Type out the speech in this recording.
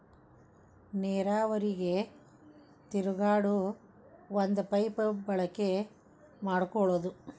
ನೇರಾವರಿಗೆ ತಿರುಗಾಡು ಒಂದ ಪೈಪ ಬಳಕೆ ಮಾಡಕೊಳುದು